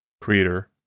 creator